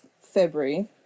February